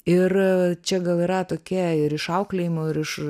ir čia gal yra tokia ir išauklėjimo ir iš